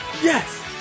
Yes